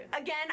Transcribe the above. Again